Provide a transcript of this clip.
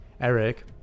Eric